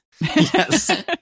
Yes